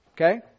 Okay